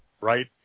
right